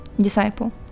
Disciple